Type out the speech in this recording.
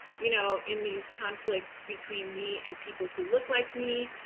you know, in these conflicts between me and people who look like me,